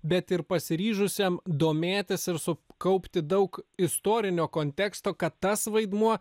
bet ir pasiryžusiam domėtis ir sukaupti daug istorinio konteksto kad tas vaidmuo